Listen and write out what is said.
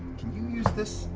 can you use this?